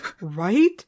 Right